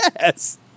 Yes